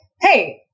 Hey